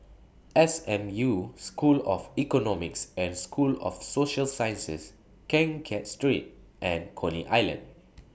S M U School of Economics and School of Social Sciences Keng Kiat Street and Coney Island